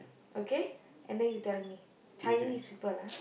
okay then you tell me Chinese people ah